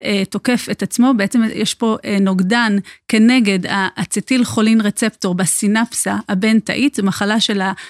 תוקף את עצמו בעצם יש פה נוגדן כנגד האצטיל כולין רצפטור בסינפסה הבין תאית, זו מחלה של ה...